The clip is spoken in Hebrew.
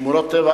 שמורות טבע,